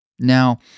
Now